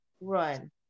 run